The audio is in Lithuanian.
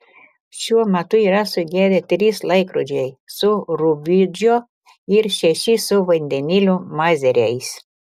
šiuo metu yra sugedę trys laikrodžiai su rubidžio ir šeši su vandenilio mazeriais